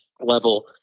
level